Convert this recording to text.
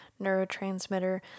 neurotransmitter